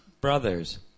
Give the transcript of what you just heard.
brothers